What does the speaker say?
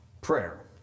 prayer